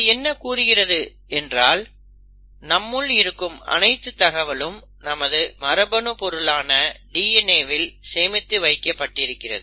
இது என்ன கூறுகிறது என்றால் நம்முள் இருக்கும் அனைத்து தகவலும் நமது மரபு பொருளான DNA வில் சேமித்து வைக்கப் பட்டிருக்கிறது